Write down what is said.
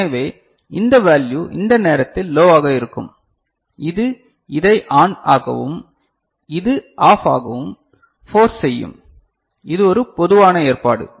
எனவே இந்த வேல்யு இந்த நேரத்தில் லோவாக இருக்கும் இது இதை ஆன் ஆகவும் இது ஆஃப் ஆகவும் ஃபோர்ஸ் செய்யும் இது ஒரு பொதுவான ஏற்பாடு